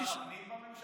שר הפנים בממשלה,